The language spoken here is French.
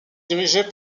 dirigée